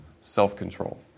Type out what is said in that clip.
self-control